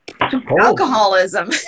Alcoholism